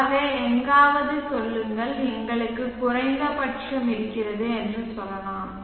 ஆகவே எங்காவது சொல்லுங்கள் எங்களுக்கு குறைந்தபட்சம் இருக்கிறது என்று சொல்லலாம்